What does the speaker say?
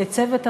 לצוות הוועדה,